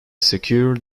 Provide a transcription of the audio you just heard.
secure